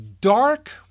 dark-